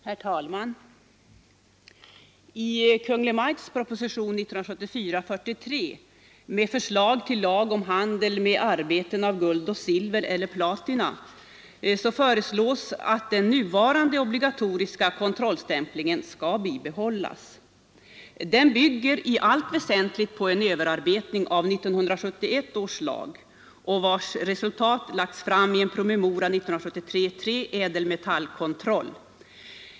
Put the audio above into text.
Herr talman! I Kungl. Maj:ts proposition nr 43 med förslag till lag om handel med arbeten av guld, silver eller platina föreslås att den nuvarande obligatoriska kontrollstämplingen skall bibehållas. Förslaget bygger i allt väsentligt på en överarbetning av 1971 års lag, redovisad i promemorian 1973:3 ”Ädelmetallkontroll”.